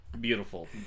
Beautiful